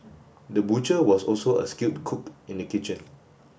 the butcher was also a skilled cook in the kitchen